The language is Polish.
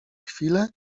chwile